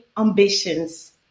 ambitions